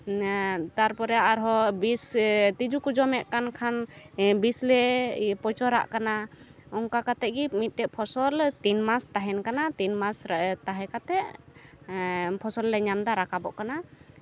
ᱛᱟᱨᱯᱚᱨᱮ ᱟᱨᱦᱚᱸ ᱵᱤᱥ ᱛᱤᱸᱡᱩ ᱠᱚ ᱡᱚᱢᱮᱫ ᱠᱟᱱ ᱠᱷᱟᱱ ᱵᱤᱥᱞᱮ ᱯᱚᱪᱚᱨᱟᱜ ᱠᱟᱱᱟ ᱚᱱᱠᱟ ᱠᱟᱛᱮᱫ ᱜᱮ ᱢᱤᱫᱴᱮᱡ ᱯᱷᱚᱥᱚᱞ ᱛᱤᱱ ᱢᱟᱥ ᱛᱟᱦᱮᱱ ᱠᱟᱱᱟ ᱛᱤᱱ ᱢᱟᱥ ᱛᱟᱦᱮᱸ ᱠᱟᱛᱮᱫ ᱯᱷᱚᱥᱚᱞ ᱞᱮ ᱧᱟᱢᱫᱟ ᱨᱟᱠᱟᱵᱚᱜ ᱠᱟᱱᱟ